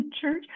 church